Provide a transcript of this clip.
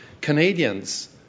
Canadians